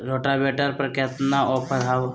Rotavator पर केतना offer हव?